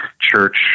church